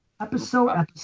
episode